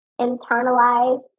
internalized